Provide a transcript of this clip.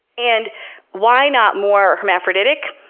and why not more hermaphroditic?